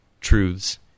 truths